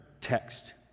text